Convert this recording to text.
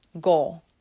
goal